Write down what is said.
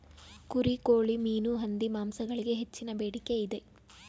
ಕುರಿ, ಕೋಳಿ, ಮೀನು, ಹಂದಿ ಮಾಂಸಗಳಿಗೆ ಹೆಚ್ಚಿನ ಬೇಡಿಕೆ ಇದೆ